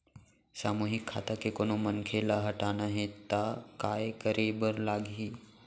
सामूहिक खाता के कोनो मनखे ला हटाना हे ता काय करे बर लागही?